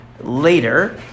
later